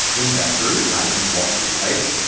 investors, i e. wall street types,